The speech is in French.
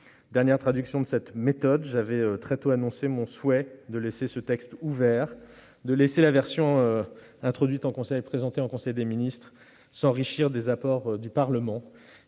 Dernière traduction de cette méthode, j'avais très tôt annoncé mon souhait de laisser ce texte ouvert, de laisser la version présentée en conseil des ministres s'enrichir des apports du Parlement.